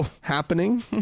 happening